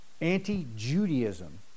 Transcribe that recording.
anti-Judaism